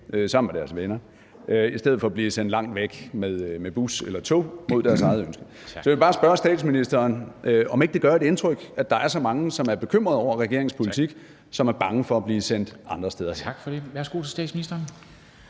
sammen med deres venner i stedet for at blive sendt langt væk med bus eller tog mod deres eget ønske. Så jeg vil bare spørge statsministeren, om ikke det gør et indtryk, at der er så mange, som er bekymrede over regeringens politik, og som er bange for at blive sendt andre steder hen. Kl. 13:06 Formanden